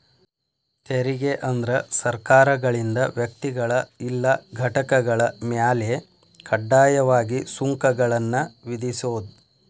ತೆರಿಗೆ ಅಂದ್ರ ಸರ್ಕಾರಗಳಿಂದ ವ್ಯಕ್ತಿಗಳ ಇಲ್ಲಾ ಘಟಕಗಳ ಮ್ಯಾಲೆ ಕಡ್ಡಾಯವಾಗಿ ಸುಂಕಗಳನ್ನ ವಿಧಿಸೋದ್